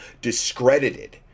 discredited